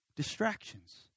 Distractions